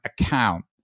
account